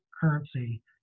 currency